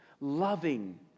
Loving